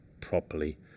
properly